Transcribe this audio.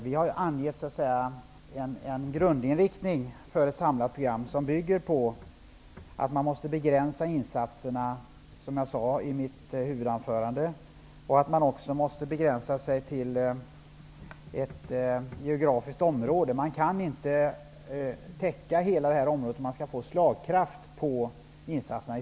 Vi har angett en grundinriktning för ett samlat program som bygger på att man måste begränsa insatserna, som jag sade i mitt huvudanförande, och att man måste begränsa sig till ett visst geografiskt område. Man kan inte täcka hela detta område om man skall få slagkraft i insatserna.